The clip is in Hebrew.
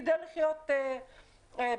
כדי לחיות בכבוד.